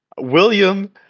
William